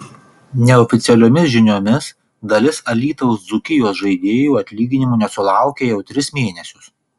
neoficialiomis žiniomis dalis alytaus dzūkijos žaidėjų atlyginimų nesulaukia jau tris mėnesius